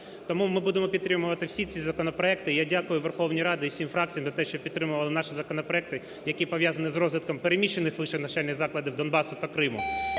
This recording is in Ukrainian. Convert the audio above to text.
Тому ми будемо підтримувати всі ці законопроекти. Я дякую Верховній Раді і всім фракціям за те, що підтримували наші законопроекти, які пов'язані з розвитком переміщених вищих навчальних закладів Донбасу та Криму,